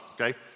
okay